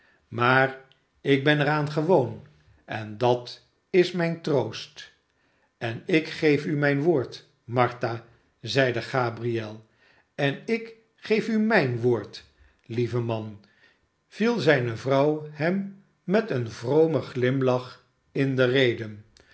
maar ik ben er aan gewoon en dat is mijn troost en ik geef u mijn woord martha zeide gabriel en ik geef u mijn woord lieve man viel zijne vrouw hem met een vromen glimlach in de rede